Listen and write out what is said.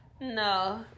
No